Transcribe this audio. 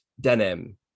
Denim